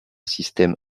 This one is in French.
système